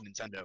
Nintendo